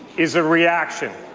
is a reaction.